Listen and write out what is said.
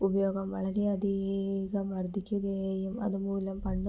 ഉപയോഗം വളരെയധികം വർധിക്കുകയും അത് മൂലം പണ്ട്